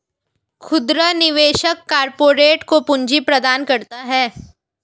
खुदरा निवेशक कारपोरेट को पूंजी प्रदान करता है